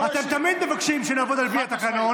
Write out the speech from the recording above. אתם תמיד מבקשים שנעבוד על פי התקנון.